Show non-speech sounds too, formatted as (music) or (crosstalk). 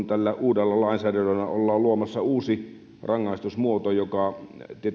(unintelligible) tällä uudella lainsäädännöllä ollaan luomassa uusi rangaistusmuoto joka